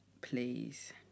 please